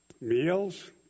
meals